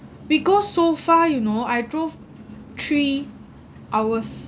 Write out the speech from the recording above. we go so far you know I drove three hours